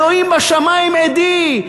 אלוהים בשמים עדי,